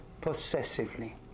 possessively